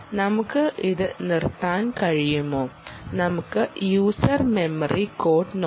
നമുക്ക് ഇത് നിർത്താൻ കഴിയുമോ നമുക്ക് യൂസർ മെമ്മറി കോഡ് നോക്കാം